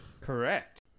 Correct